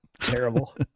Terrible